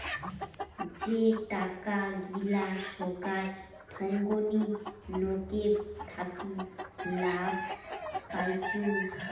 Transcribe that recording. যে টাকা গিলা সোগায় থোঙনি নকের থাকি লাভ পাইচুঙ